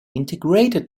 integrated